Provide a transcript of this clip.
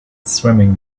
swimming